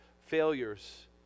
failures